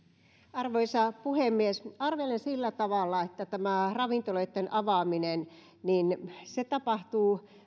arvoisa puhemies arvelen sillä tavalla että tämä ravintoloitten avaaminen tapahtuu